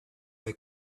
they